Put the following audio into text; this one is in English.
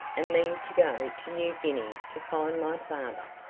and mean to go to new guinea to find my father.